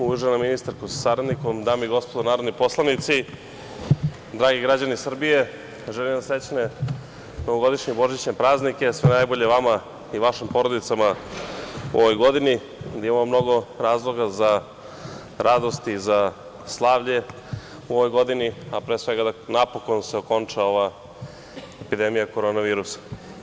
Uvažena ministarko sa saradnikom, dame i gospodo narodni poslanici, dragi građani Srbije, želim vam srećne novogodišnje i božićne praznike, sve najbolje vama i vašim porodicama u ovoj godini i da imamo mnogo razloga za radost i za slavlje u ovoj godini, a pre svega da se napokon okonča ova epidemija korona virusa.